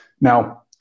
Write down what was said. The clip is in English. now